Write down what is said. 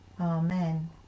Amen